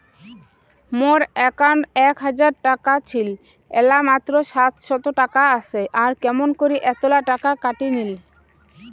মোর একাউন্টত এক হাজার টাকা ছিল এলা মাত্র সাতশত টাকা আসে আর কেমন করি এতলা টাকা কাটি নিল?